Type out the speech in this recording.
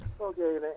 Okay